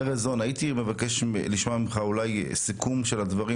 ארז און הייתי מבקש לשמוע ממך אולי סיכום של הדברים